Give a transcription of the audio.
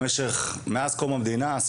מאז קום המדינה,